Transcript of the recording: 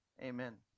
Amen